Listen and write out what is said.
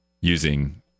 using